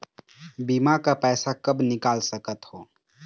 बीमा का पैसा कब निकाल सकत हो?